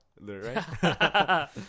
right